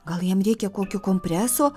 gal jam reikia kokio kompreso